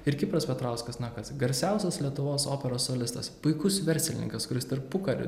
ir kipras petrauskas na kas garsiausias lietuvos operos solistas puikus verslininkas kuris tarpukariu